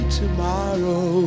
tomorrow